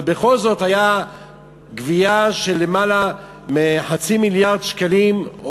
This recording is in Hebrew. אבל בכל זאת הייתה גבייה של למעלה מחצי מיליארד שקלים,